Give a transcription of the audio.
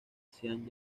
sean